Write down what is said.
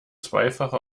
zweifache